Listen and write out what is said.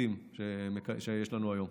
האקוטיים שיש לנו היום.